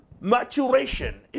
maturation